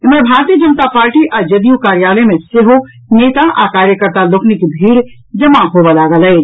एम्हर भारतीय जनता पार्टी आ जदयू कार्यालय मे सेहो नेता आ कार्यकर्ता लोकनिक भीड़ जमा होबय लागल अछि